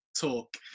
talk